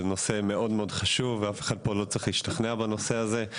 זה נושא מאוד מאוד חשוב ואף אחד פה לא צריך להשתכנע בנושא הזה,